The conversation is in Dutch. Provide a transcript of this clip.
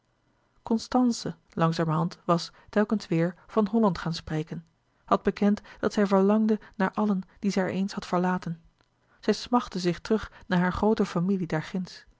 constance langzamerhand was telkens weêr van holland gaan spreken had bekend dat zij verlangde naar allen die zij er eens had verlaten zij smachtte zich terug naar hare groote